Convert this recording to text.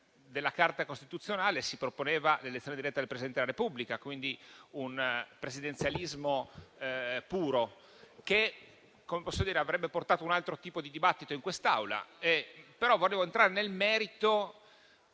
della Carta costituzionale, si proponeva l'elezione diretta del Presidente del Repubblica, cioè un presidenzialismo puro, che avrebbe portato un altro tipo di dibattito in quest'Aula. Però volevo entrare nel merito